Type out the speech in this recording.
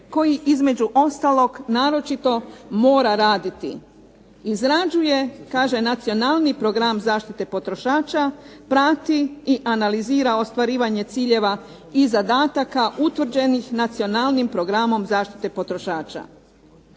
koji između ostalog naročito mora raditi. Izrađuje, kaže Nacionalni program zaštite potrošača, prati i analizira ostvarivanje ciljeva i zadataka utvrđenih Nacionalnim programom zaštite potrošača.